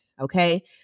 Okay